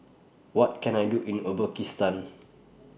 What Can I Do in Uzbekistan